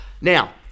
Now